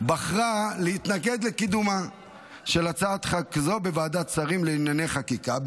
בחרה להתנגד לקידומה של הצעת חוק זו בוועדת שרים לענייני חקיקה,